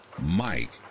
Mike